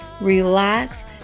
relax